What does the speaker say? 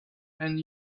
and